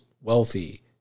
wealthy